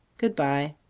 good-bye!